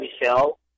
Michelle